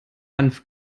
hanf